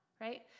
right